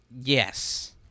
yes